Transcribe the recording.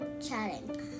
chatting